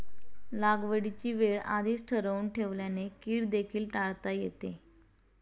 लागवडीची वेळ आधीच ठरवून ठेवल्याने कीड देखील टाळता येते